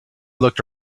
looked